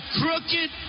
crooked